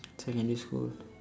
secondary school